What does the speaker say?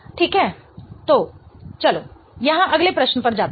ठीक है तो चलो यहाँ अगले प्रश्न पर जाते हैं